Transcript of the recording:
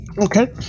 Okay